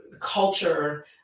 culture